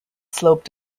slope